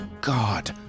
God